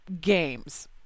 games